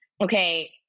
okay